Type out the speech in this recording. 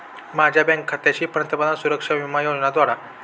माझ्या बँक खात्याशी पंतप्रधान सुरक्षा विमा योजना जोडा